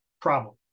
problem